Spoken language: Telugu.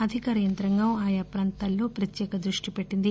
అధికార యంత్రాంగం ఆయా ప్రాంతాల్లో ప్రత్యేక దృష్షి పెట్టింది